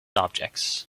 objects